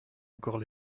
encore